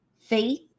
faith